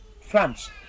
France